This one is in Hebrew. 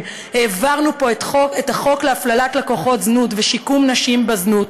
העברנו פה את החוק להפללת לקוחות זנות ושיקום נשים בזנות,